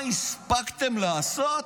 מה הספקתם לעשות?